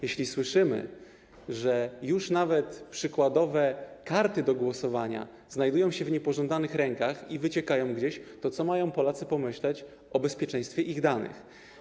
Jeśli słyszymy, że nawet przykładowe karty do głosowania już znajdują się w niepożądanych rękach i gdzieś wyciekają, to co mają Polacy pomyśleć o bezpieczeństwie ich danych?